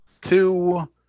two